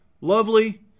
lovely